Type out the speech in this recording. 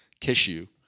tissue